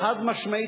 חד-משמעית,